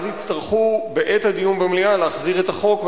ואז יצטרכו בעת הדיון במליאה להחזיר את החוק,